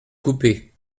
coupé